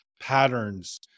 patterns